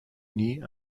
nie